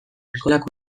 eskolak